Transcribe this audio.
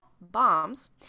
bombs